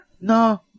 No